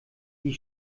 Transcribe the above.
die